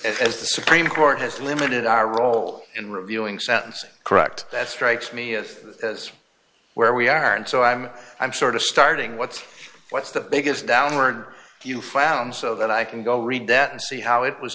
us as the supreme court has limited our role in reviewing sentencing correct that strikes me as as where we are and so i'm i'm sort of starting what's what's the biggest downward you found so that i can go read that and see how it was